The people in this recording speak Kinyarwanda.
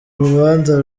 urubanza